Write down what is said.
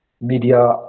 media